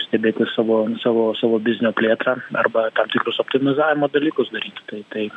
stebėti savo savo savo biznio plėtrą arba tam tikrus optimizavimo dalykus daryt tai tai